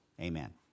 Amen